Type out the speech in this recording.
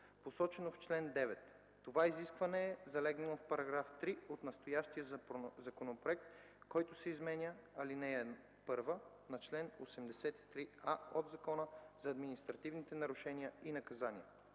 посочено в чл. 9. Това изискване е залегнало в § 3 от настоящия законопроект, с който се изменя ал. 1 на чл. 83а от Закона за административните нарушения и наказания.